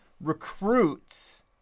recruits